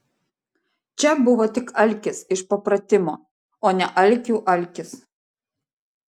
čia buvo tik alkis iš papratimo o ne alkių alkis